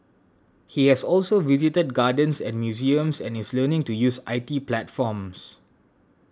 he has also visited gardens and museums and is learning to use I T platforms